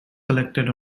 collected